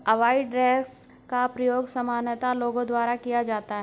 avoidance का प्रयोग सामान्यतः लोगों द्वारा किया जाता है